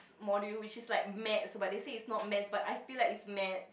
module which is like maths but they say it's not maths but I feel like it's maths